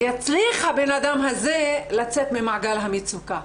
יצליח הבן אדם הזה לצאת ממעגל המצוקה.